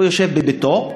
הוא יושב בביתו,